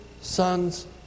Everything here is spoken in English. sons